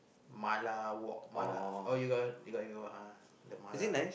mala wok mala oh you got the you got the the mala